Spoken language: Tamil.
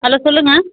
ஹலோ சொல்லுங்க